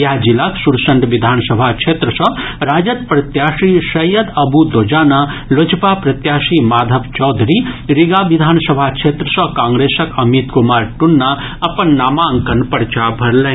इएह जिलाक सुरसंड विधानसभा क्षेत्र सँ राजद प्रत्याशी सैयद अबू दोजाना लोजपा प्रत्याशी माधव चौधरी रीगा विधानसभा क्षेत्र सँ कांग्रेसक अमित कुमार टुन्ना अपन नामांकन पर्चा भरलनि